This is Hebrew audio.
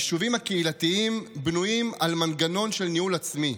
היישובים הקהילתיים בנויים על מנגנון של ניהול עצמי.